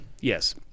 yes